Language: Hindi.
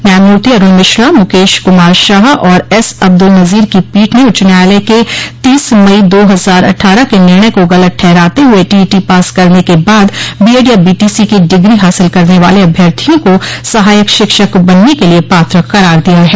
न्यायमूर्ति अरूण मिश्रा मुकेश कुमार शाह और एस अब्दुल नज़ीर की पीठ ने उच्च न्यायालय के तीस मई दो हज़ार अट्ठारह के निर्णय को गलत ठहराते हुए टीईटी पास करने के बाद बीएड या बीटीसी की डिग्री हासिल करने वाले अभ्यर्थियों को सहायक शिक्षक बनने के लिये पात्र क़रार दिया है